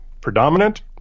predominant